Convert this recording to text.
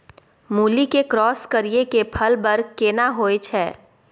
मूली के क्रॉस करिये के फल बर केना होय छै?